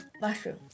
mushroom